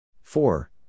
four